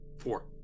Four